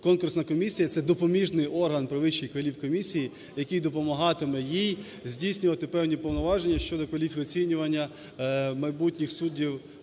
конкурсна комісія – це допоміжний орган при Вищій кваліфкомісії, який допомагатиме їй здійснювати певні повноваження щодо кваліфоцінювання майбутніх суддів